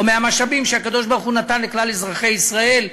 מהמשאבים שהקדוש-ברוך-הוא נתן לכלל אזרחי ישראל,